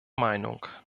meinung